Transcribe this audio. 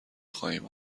خواهیم